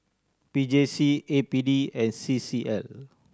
P J C A P D and C C L